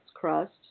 crust